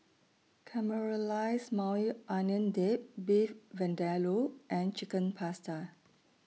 Caramelized Maui Onion Dip Beef Vindaloo and Chicken Pasta